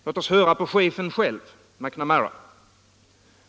Låt oss höra på chefen själv, McNamara.